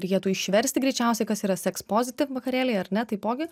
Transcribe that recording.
reikėtų išversti greičiausiai kas yra seks pozitiv vakarėliai ar ne taipogi